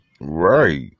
Right